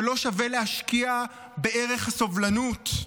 שלא שווה להשקיע בערך הסובלנות?